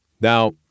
Now